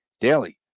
daily